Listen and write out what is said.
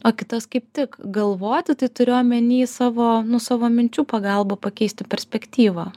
o kitas kaip tik galvoti tai turiu omeny savo nu savo minčių pagalba pakeisti perspektyvą